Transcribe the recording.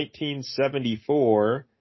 1974